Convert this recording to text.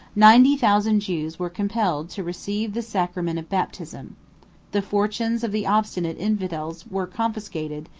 ninety thousand jews were compelled to receive the sacrament of baptism the fortunes of the obstinate infidels were confiscated,